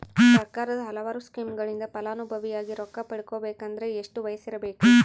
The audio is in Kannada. ಸರ್ಕಾರದ ಹಲವಾರು ಸ್ಕೇಮುಗಳಿಂದ ಫಲಾನುಭವಿಯಾಗಿ ರೊಕ್ಕ ಪಡಕೊಬೇಕಂದರೆ ಎಷ್ಟು ವಯಸ್ಸಿರಬೇಕ್ರಿ?